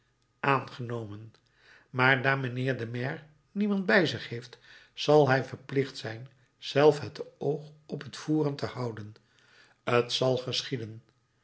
aangenomen maar daar mijnheer de maire niemand bij zich heeft zal hij verplicht zijn zelf het oog op het voeren te houden t zal